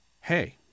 Hey